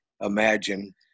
imagine